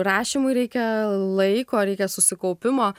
rašymui reikia laiko reikia susikaupimo